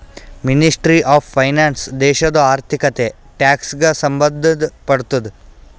ministry of finance ದೇಶದು ಆರ್ಥಿಕತೆ, tax ಗ ಸಂಭಂದ್ ಪಡ್ತುದ